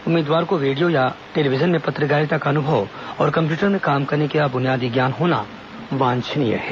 उम्मीदवार को रेडियो अथवा टेलीविजन में पत्रकारिता का अनुभव और कम्प्यूटर में काम करने का बुनियादी ज्ञान होना वांछनीय है